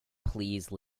please